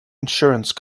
insurance